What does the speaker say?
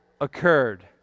occurred